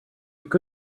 could